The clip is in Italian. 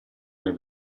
alle